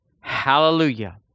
Hallelujah